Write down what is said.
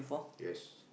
yes